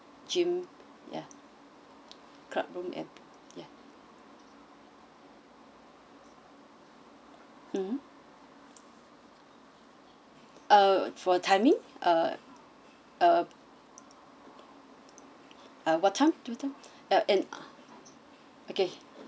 gym yeah club room and yeah mm uh for timing uh what time do you think yeah and okay